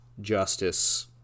justice